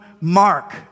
mark